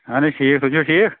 آہن حظ ٹھیٖک تُہۍ چھُو ٹھیٖک